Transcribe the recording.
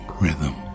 rhythm